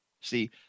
see